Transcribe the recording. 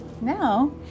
Now